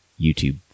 YouTube